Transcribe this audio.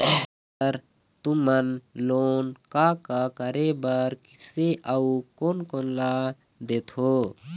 Sir तुमन loan का का करें बर, किसे अउ कोन कोन ला देथों?